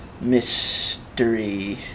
Mystery